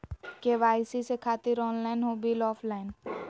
KYC से खातिर online हो बिल ऑफलाइन?